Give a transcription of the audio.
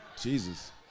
Jesus